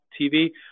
TV